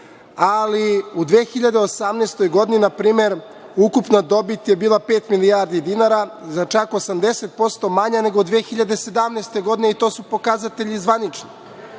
ali u 2018. godini npr. ukupna dobit je bila pet milijardi dinara, za čak 80% manja nego 2017. godine i to su zvanični